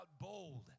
bold